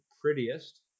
prettiest